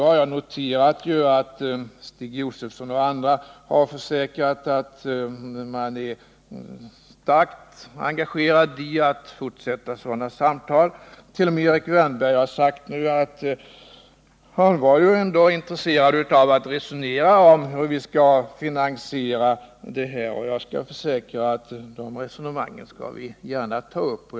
Jag har nu noterat att Stig Josefson och andra talare har försäkrat att man är starkt intresserad av att fortsätta med sådana samtal. T. o. m. Erik Wärnberg har nu sagt att han trots allt är intresserad av att resonera om finansieringen, och jag kan försäkra att vi gärna skall ta upp de resonemangen.